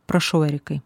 prašau erikai